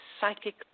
psychic